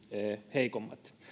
heikommat